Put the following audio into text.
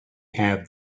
have